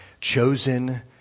chosen